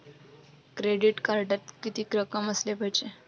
Credit कार्डात कितीक रक्कम असाले पायजे?